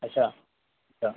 अच्छा छा